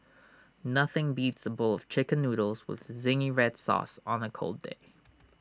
nothing beats A bowl of Chicken Noodles with Zingy Red Sauce on A cold day